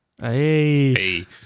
Hey